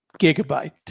gigabyte